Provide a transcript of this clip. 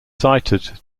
sited